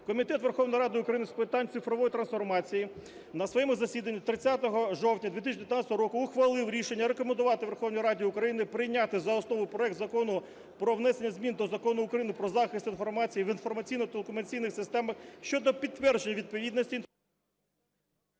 Комітет Верховної Ради України з питань цифрової трансформації на своєму засіданні 30 жовтня 2019 року ухвалив рішення рекомендувати Верховній Раді України прийняти за основу проект Закону про внесення змін до Закону України "Про захист інформації в інформаційно-телекомунікаційних системах" (щодо підтвердження відповідності…)